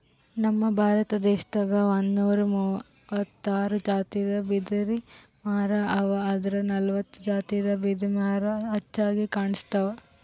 ನಮ್ ಭಾರತ ದೇಶದಾಗ್ ಒಂದ್ನೂರಾ ಮೂವತ್ತಾರ್ ಜಾತಿದ್ ಬಿದಿರಮರಾ ಅವಾ ಆದ್ರ್ ನಲ್ವತ್ತ್ ಜಾತಿದ್ ಬಿದಿರ್ಮರಾ ಹೆಚ್ಚಾಗ್ ಕಾಣ್ಸ್ತವ್